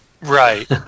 Right